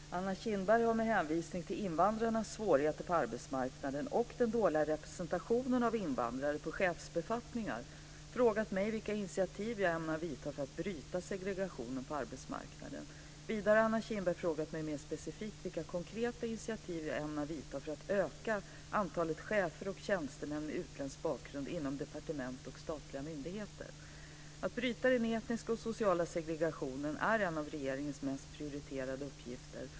Fru talman! Anna Kinberg har med hänvisning till invandrarnas svårigheter på arbetsmarknaden och den dåliga representationen av invandrare på chefsbefattningar frågat mig vilka initiativ jag ämnar vidta för att bryta segregationen på arbetsmarknaden. Vidare har Anna Kinberg frågat mig mer specifikt, vilka konkreta initiativ jag ämnar vidta för att öka antalet chefer och tjänstemän med utländsk bakgrund inom departement och statliga myndigheter. Att bryta den etniska och sociala segregationen är en av regeringens mest prioriterade uppgifter.